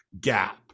gap